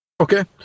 Okay